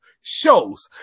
shows